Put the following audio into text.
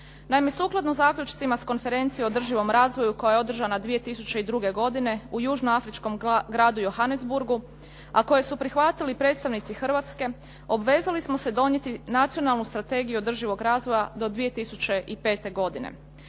Naime, sukladno zaključcima s Konferencije o održivom razvoju koja je održana 2002. godine u južnoafričkom gradu Johannesburgu, a koje su prihvatili predstavnici Hrvatske obvezali smo se donijeti Nacionalnu strategiju održivog razvoja do 2005. godine.